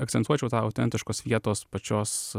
akcentuočiau tą autentiškos vietos pačios